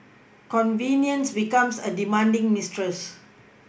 convenience becomes a demanding mistress